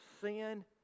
sin